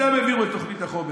איתם העבירו את תוכנית החומש.